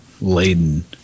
laden